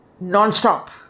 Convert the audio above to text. non-stop